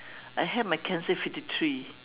I have my cancer in fifty three